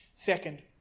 Second